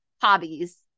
hobbies